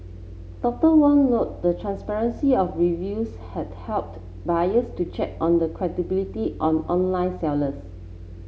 Doctor Wong noted the transparency of reviews had helped buyers to check on the credibility on online sellers